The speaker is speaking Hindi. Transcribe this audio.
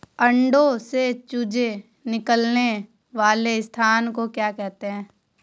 अंडों से चूजे निकलने वाले स्थान को क्या कहते हैं?